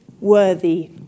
worthy